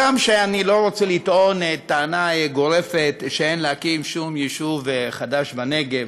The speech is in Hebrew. הגם שאני לא רוצה לטעון טענה גורפת שאין להקים שום יישוב חדש בנגב,